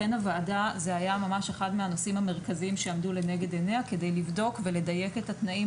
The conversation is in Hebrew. אחד מהנושאים המרכזיים שעמדו לנגד הוועדה היה לבדוק ולדייק את התנאים